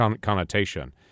connotation